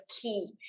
key